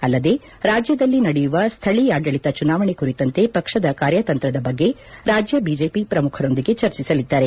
ಅಲ್ಲದೇ ರಾಜ್ಯದಲ್ಲಿ ನಡೆಯುವ ಸ್ನಳೀಯಾಡಳಿತ ಚುನಾವಣೆ ಕುರಿತಂತೆ ಪಕ್ಷದ ಕಾರ್ಯತಂತ್ರದ ಬಗ್ಗೆ ರಾಜ್ಯ ಬಿಜೆಪಿ ಪ್ರಮುಖರೊಂದಿಗೆ ಚರ್ಚಿಸಲಿದ್ದಾರೆ